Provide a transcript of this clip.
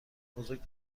بزرگ